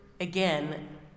again